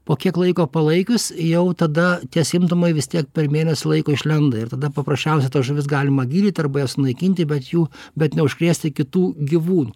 po kiek laiko palaikius jau tada tie simptomai vis tiek per mėnesį laiko išlenda ir tada paprasčiausia tas žuvis galima gydyt arba jas sunaikinti bet jų bet neužkrėsti kitų gyvūnų